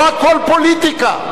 לא הכול פוליטיקה.